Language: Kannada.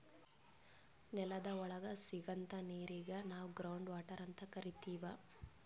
ನೆಲದ್ ಒಳಗ್ ಸಿಗಂಥಾ ನೀರಿಗ್ ನಾವ್ ಗ್ರೌಂಡ್ ವಾಟರ್ ಅಂತ್ ಕರಿತೀವ್